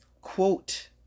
quote